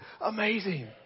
Amazing